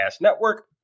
network